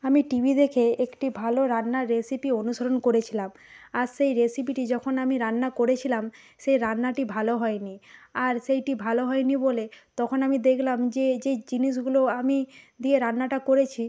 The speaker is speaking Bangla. আমি টি ভি দেখে একটি ভালো রান্নার রেসিপি অনুসরণ করেছিলাম আর সেই রেসিপিটি যখন আমি রান্না করেছিলাম সেই রান্নাটি ভালো হয়নি আর সেইটি ভালো হয়নি বলে তখন আমি দেখলাম যে এই যে জিনিসগুলো আমি দিয়ে রান্নাটা করেছি